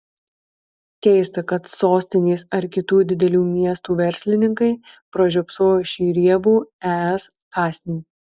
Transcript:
keista kad sostinės ar kitų didelių miestų verslininkai pražiopsojo šį riebų es kąsnį